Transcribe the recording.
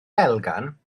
elgan